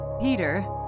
Peter